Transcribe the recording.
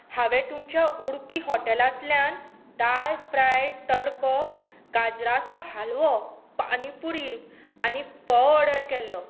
हांवें तुमच्या उडपी हॉटेलांतल्यान दाल फ्राय तडको गाजराचो हलवो आनी पुरी आनी फोव ऑर्डर केल्लो